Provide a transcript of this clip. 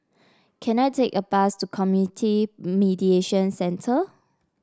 can I take a bus to Community Mediation Centre